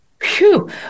phew